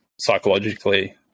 psychologically